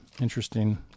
interesting